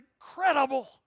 incredible